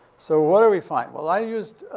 so what did we find? well, i used,